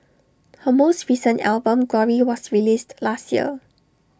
her most recent album glory was released last year